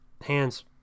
hands